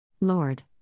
Lord